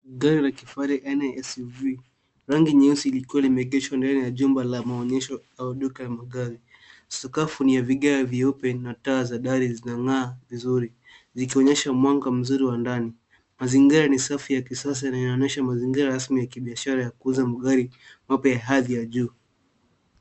Gari la kifahari aina ya SUV. Rangi nyeusi likiwa limeegeshwa ndani ya jumba la maonyesho au duka la magari. Sakafu ni ya vigae vyeupe na taa za gari zinang'aa vizuri zikionyesha mwanga mzuri wa ndani. Mazingira ni safi ya kisasa na yanaonyesha mazingira rasmi ya kibiashara ya kuuza magari mapya ya hadhi ya juu